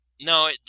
No